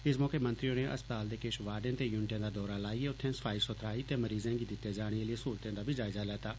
इस मौके मंत्री होरें असपताल दे किछ वार्डें ते युनिटें दा दौरा लाइयै उत्थें सफाई सुथराई ते मरीजे गी दिते जाने आह्लियें सहूलतें दा जायजा लैत्ता